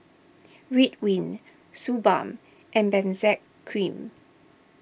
Ridwind Suu Balm and Benzac Cream